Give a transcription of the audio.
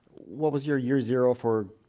what was your year zero for?